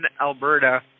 Alberta